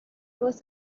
was